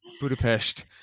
Budapest